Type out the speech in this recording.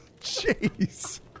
Jeez